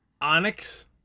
Onyx